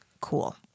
cool